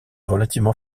relativement